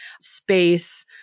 space